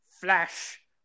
Flash